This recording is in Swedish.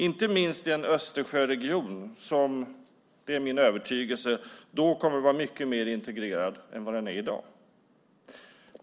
Inte minst gäller det Östersjöregionen som, det är min övertygelse, då kommer att vara mycket mer integrerad än i dag.